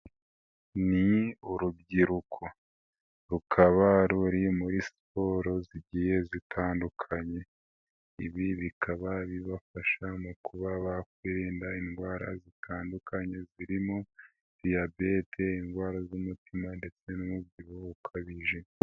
Ni urubyiruko rukaba ruri muri siporo zigiye zitandukanye, ibi bikaba bibafasha mu kubakwirinda indwara zitandukanye zirimo diyabete, indwara z'umutima, ndetse n'umubyibuho ukabije.